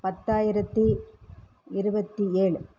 பத்தாயிரத்து இருபத்தி ஏழு